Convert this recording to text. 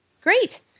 Great